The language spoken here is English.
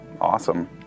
awesome